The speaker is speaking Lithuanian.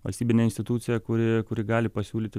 valstybinė institucija kuri kuri gali pasiūlyti